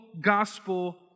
gospel